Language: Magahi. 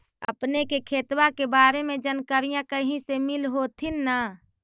अपने के खेतबा के बारे मे जनकरीया कही से मिल होथिं न?